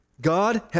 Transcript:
God